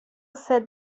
said